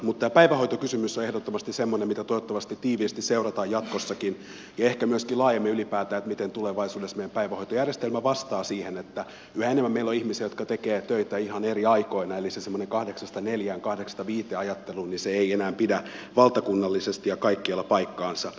mutta tämä päivähoitokysymys on ehdottomasti semmoinen mitä toivottavasti tiiviisti seurataan jatkossakin ehkä myöskin laajemmin sitä miten ylipäätään tulevaisuudessa meidän päivähoitojärjestelmä vastaa siihen että yhä enemmän meillä on ihmisiä jotka tekevät töitä ihan eri aikoina eli se semmoinen kahdeksasta neljään tai kahdeksasta viiteen ajattelu ei enää pidä valtakunnallisesti ja kaikkialla paikkaansa